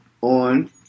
on